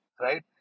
right